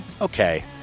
okay